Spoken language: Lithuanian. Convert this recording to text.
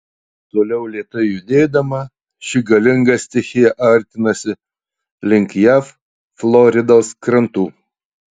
toliau lėtai judėdama ši galinga stichija artinasi link jav floridos krantų